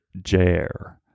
Jair